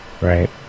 Right